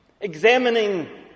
examining